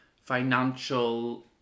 financial